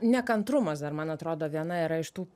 nekantrumas dar man atrodo viena yra iš tų